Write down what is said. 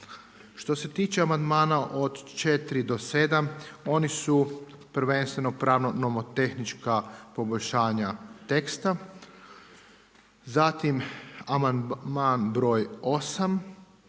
Što se tiče amandmana od 4. do 7. oni su prvenstveno pravno-nomotehnička poboljšanja teksta. Zatim amandman broj 8.